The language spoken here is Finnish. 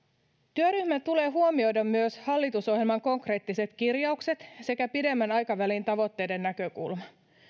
työryhmän tulee huomioida myös hallitusohjelman konkreettiset kirjaukset sekä pidemmän aikavälin tavoitteiden näkökulma